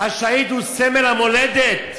השהיד הוא סמל המולדת.